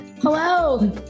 Hello